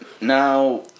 now